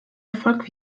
erfolg